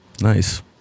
Nice